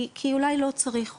כי, אולי לא צריך אותו,